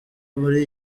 muri